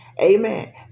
Amen